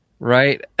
Right